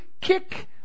kick